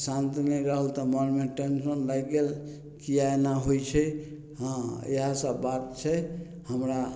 शान्त नहि रहल तऽ मनमे टेंशन रहि गेल किया एना होइ छै हँ इएह सब बात छै हमरा